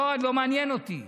לא מעניין אותי.